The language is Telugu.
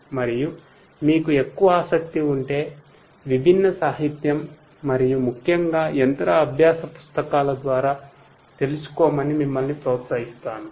మరియు మీకు ఎక్కువ ఆసక్తి ఉంటే విభిన్న సాహిత్యం మరియు ముఖ్యంగా యంత్ర అభ్యాస పుస్తకాల ద్వారా తెలుసుకోమని మిమ్మల్ని ప్రోత్సహిస్తాను